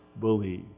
believe